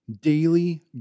daily